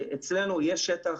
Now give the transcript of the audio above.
יש אצלנו שטח,